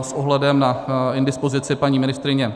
S ohledem na indispozici paní ministryně